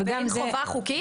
וגם זה --- ואין חובה חוקית?